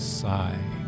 sigh